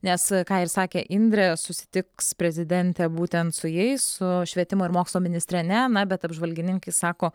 nes ką ir sakė indrė susitiks prezidentė būtent su jais su švietimo ir mokslo ministre ne na bet apžvalgininkai sako